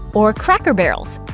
or cracker barrels.